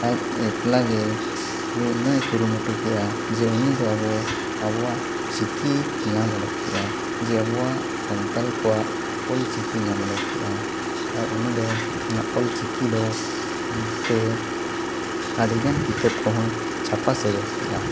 ᱟᱡ ᱮ ᱮᱠᱞᱟ ᱜᱮ ᱩᱱᱟᱹᱜ ᱮ ᱠᱩᱨᱩᱢᱩᱴᱩ ᱠᱮᱜᱼᱟ ᱡᱮ ᱩᱱᱤ ᱫᱚ ᱟᱵᱚ ᱟᱵᱚᱣᱟᱜ ᱪᱤᱠᱤ ᱧᱟᱢ ᱚᱰᱚᱠ ᱠᱮᱜᱼᱟᱭ ᱡᱮ ᱟᱵᱚᱣᱟᱜ ᱥᱟᱱᱛᱟᱲ ᱠᱚᱣᱟᱜ ᱚᱞ ᱪᱤᱠᱤ ᱧᱟᱢ ᱚᱰᱚᱠ ᱠᱮᱜᱼᱟᱭ ᱟᱨ ᱩᱱᱤ ᱫᱚ ᱚᱱᱟ ᱚᱞ ᱪᱤᱠᱤ ᱫᱚ ᱛᱮ ᱟᱹᱰᱤᱜᱟᱱ ᱠᱤᱛᱟᱹᱵ ᱠᱚᱦᱚᱸᱭ ᱪᱷᱟᱯᱟ ᱥᱚᱫᱚᱨ ᱠᱮᱜᱼᱟ